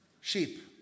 Sheep